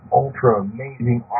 ultra-amazing